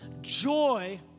Joy